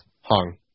hung